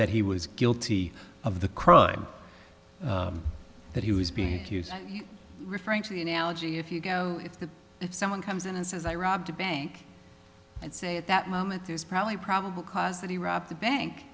that he was guilty of the crime that he was being you referring to the analogy if you go if that if someone comes in and says i robbed a bank i'd say at that moment there's probably probable cause that he robbed the bank